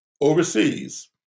overseas